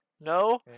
No